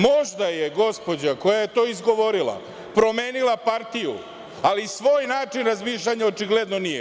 Možda je gospođa koja je to izgovorila promenila partiju, ali svoj način razmišljanja očigledno nije.